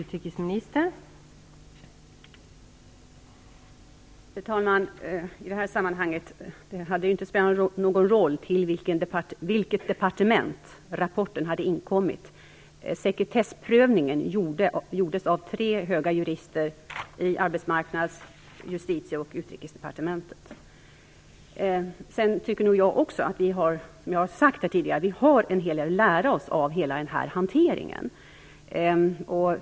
Fru talman! I det här sammanhanget hade det inte spelat någon roll till vilket departement rapporten hade inkommit. Sekretessprövningen gjordes av tre höga jurister i Arbetsmarknads-, Justitie och Utrikesdepartementet. Jag tycker nog också, som jag har sagt tidigare, att vi har en hel del att lära oss av hela den här hanteringen.